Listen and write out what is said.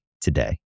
today